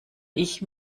ich